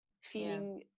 feeling